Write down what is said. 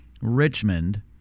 Richmond